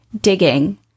digging